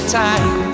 time